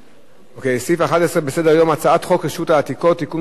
11 בסדר-היום: הצעת חוק רשות העתיקות (תיקון מס' 5),